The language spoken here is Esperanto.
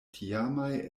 tiamaj